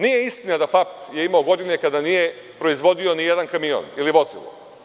Nije istina da je FAP imao godine kada nije proizvodio nijedan kamion ili vozilo.